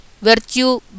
Virtue